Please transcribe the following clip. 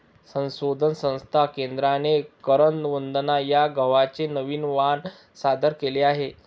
संशोधन संस्था केंद्राने करण वंदना या गव्हाचे नवीन वाण सादर केले आहे